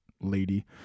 lady